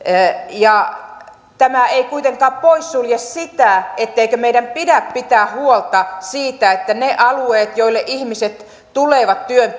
tämä ei kuitenkaan poissulje sitä etteikö meidän pidä pitää huolta siitä että ne alueet joille ihmiset tulevat työn